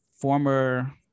former